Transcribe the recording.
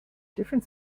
different